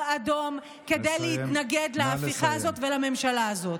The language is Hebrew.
אדום כדי להתנגד להפיכה הזאת ולממשלה הזאת.